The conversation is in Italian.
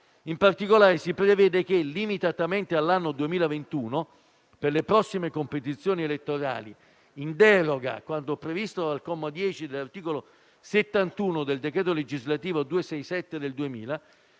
In particolare si prevede che, limitatamente all'anno 2021, per le prossime competizioni elettorali, in deroga a quanto previsto al comma 10 dell'articolo 71 del decreto legislativo n. 267 del 2000,